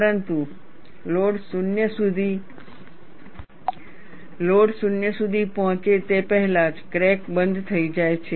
પરંતુ લોડ 0 સુધી પહોંચે તે પહેલાં જ ક્રેક બંધ થઈ જાય છે